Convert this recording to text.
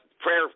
Prayer